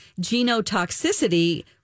genotoxicity